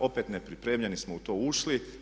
Opet nepripremljeni smo u to ušli.